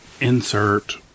insert